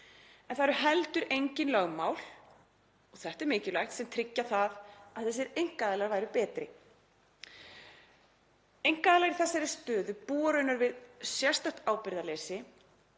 en það eru heldur engin lögmál, og þetta er mikilvægt, sem tryggja að einkaaðilarnir væru betri. Einkaaðilar í þessari stöðu búa raunar við sérstakt ábyrgðarleysi